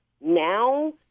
now